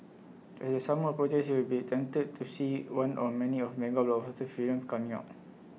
as the summer approaches you will be tempted to see one or many of mega films coming out